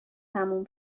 تموم